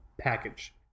package